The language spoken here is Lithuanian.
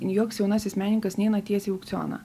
joks jaunasis menininkas neina tiesiai į aukcioną